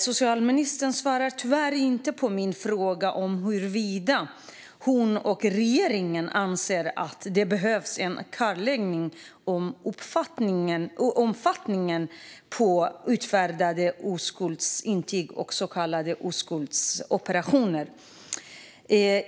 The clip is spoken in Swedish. Socialministern svarade tyvärr inte på min fråga om huruvida hon och regeringen anser att det behövs en kartläggning av omfattningen av utfärdade oskuldsintyg och så kallade oskuldsoperationer.